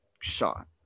shot